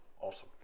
Awesome